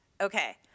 okay